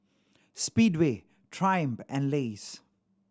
Speedway Triumph and Lays